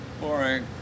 boring